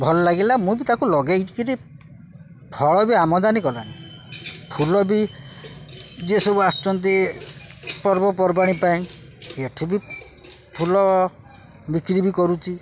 ଭଲ ଲାଗିଲା ମୁଁ ବି ତାକୁ ଲଗେଇକିରି ଫଳ ବି ଆମଦାନୀ କଲାଣି ଫୁଲ ବି ଯିଏସବୁ ଆସୁଛନ୍ତି ପର୍ବପର୍ବାଣି ପାଇଁ ଏଠୁ ବି ଫୁଲ ବିକ୍ରି ବି କରୁଛି